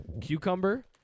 cucumber